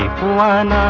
one